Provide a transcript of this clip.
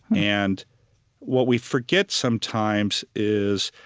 and what we forget sometimes is,